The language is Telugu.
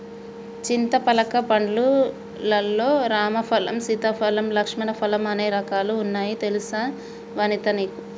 చింతపలక పండ్లు లల్లో రామ ఫలం, సీతా ఫలం, లక్ష్మణ ఫలం అనే రకాలు వున్నాయి తెలుసా వనితా నీకు